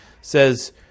says